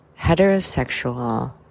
heterosexual